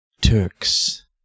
Turks